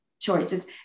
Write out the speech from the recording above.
choices